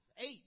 eight